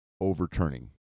overturning